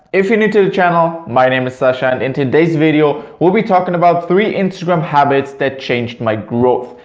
if you're new to the channel my name is sascha and in today's video we'll be talking about three instagram habits that changed my growth.